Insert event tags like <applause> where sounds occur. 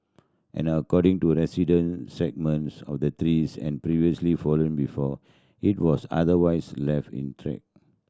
and according to resident segments of the trees and previously fallen before it was otherwise left <unintelligible>